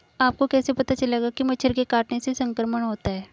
आपको कैसे पता चलेगा कि मच्छर के काटने से संक्रमण होता है?